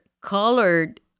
colored